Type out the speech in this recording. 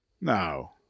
No